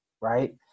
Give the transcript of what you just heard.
right